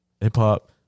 hip-hop